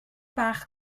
bach